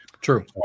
True